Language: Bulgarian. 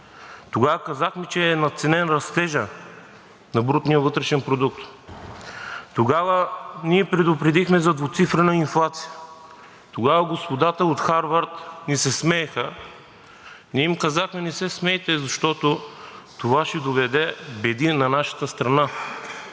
Тогава казахме, че е надценен растежът на брутния вътрешен продукт. Тогава ние предупредихме за двуцифрена инфлация. Тогава господата от Харвард ни се смееха. Ние им казахме: „Не се смейте, защото това ще доведе беди на нашата страна.“